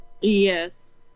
Yes